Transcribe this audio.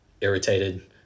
irritated